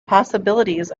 possibilities